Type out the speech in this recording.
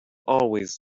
always